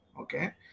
okay